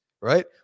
right